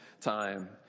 time